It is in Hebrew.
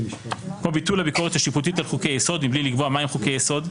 כמו ביטול הביקורת השיפוטית על חוקי יסוד מבלי לקבוע מהם חוקי יסוד,